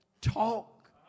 talk